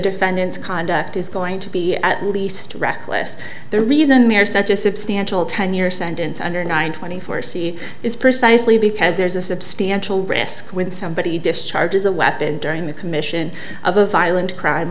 defendant's conduct is going to be at least reckless the reason there is such a substantial ten year sentence under nine twenty four c is precisely because there's a substantial risk when somebody discharges a weapon during the commission of a violent crime